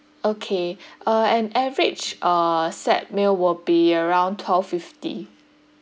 okay uh an average uh set meal will be around twelve fifty